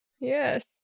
Yes